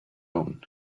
own